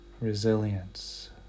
resilience